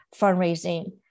fundraising